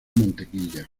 mantequilla